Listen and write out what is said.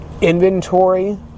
inventory